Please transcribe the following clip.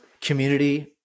community